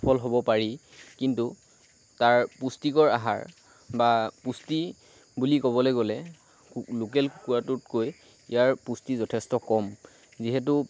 সফল হ'ব পাৰি কিন্তু তাৰ পুষ্টিকৰ আহাৰ বা পুষ্টি বুলি ক'বলৈ গ'লে লোকেল কুকুৰাটোতকৈ ইয়াৰ পুষ্টি যথেষ্ট কম যিহেতু